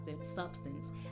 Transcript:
substance